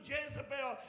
Jezebel